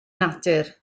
natur